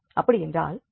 அப்படியென்றால் zx iy